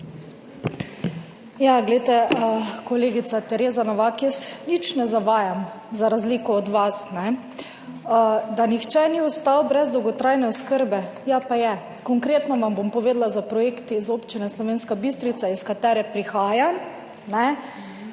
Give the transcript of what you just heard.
Glejte, kolegica Tereza Novak, jaz nič ne zavajam, za razliko od vas. Da nihče ni ostal brez dolgotrajne oskrbe, ja pa je. Konkretno vam bom povedala za projekt iz občine Slovenska Bistrica, iz katere prihajam,